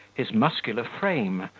his muscular frame,